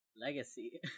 legacy